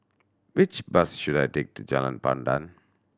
which bus should I take to Jalan Pandan